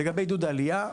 לגבי עידוד עלייה,